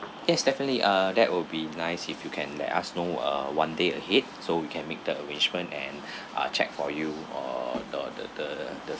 yes definitely uh that would be nice if you can let us know uh one day ahead so we can make the arrangement and uh check for you or or the the the the